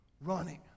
running